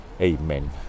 Amen